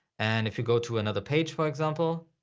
and if you go to another page, for example,